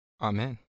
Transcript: Amen